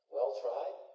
Well-tried